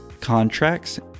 contracts